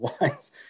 lines